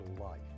life